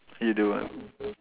you do ah